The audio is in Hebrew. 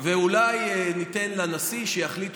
ואולי ניתן לנשיא שיחליט,